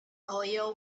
oil